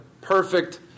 perfect